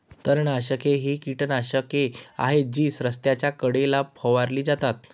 तणनाशके ही कीटकनाशके आहेत जी रस्त्याच्या कडेला फवारली जातात